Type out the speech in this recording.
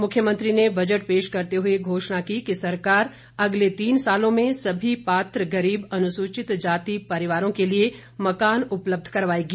मुख्यमंत्री ने बजट पेश करते हुए घोषणा की कि सरकार अगले तीन सालों में सभी पात्र गरीब अनुसूचित जाति परिवारों के लिए मकान उपलब्ध करवाएगी